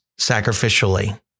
sacrificially